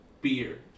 beer